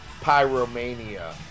Pyromania